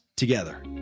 together